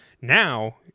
now –